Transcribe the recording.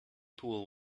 pool